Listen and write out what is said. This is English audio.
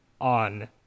on